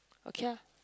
okay lah